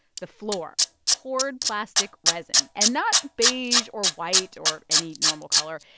the floor poured plastic resin. and not beige, or white or any normal color.